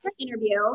interview